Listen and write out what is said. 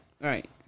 Right